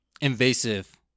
invasive